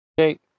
Okay